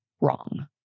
wrong